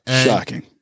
Shocking